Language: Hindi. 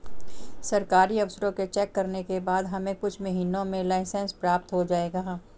सरकारी अफसरों के चेक करने के बाद हमें कुछ महीनों में लाइसेंस प्राप्त हो जाएगा